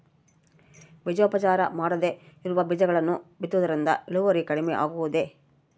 ಬೇಜೋಪಚಾರ ಮಾಡದೇ ಇರೋ ಬೇಜಗಳನ್ನು ಬಿತ್ತುವುದರಿಂದ ಇಳುವರಿ ಕಡಿಮೆ ಆಗುವುದೇ?